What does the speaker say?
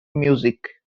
music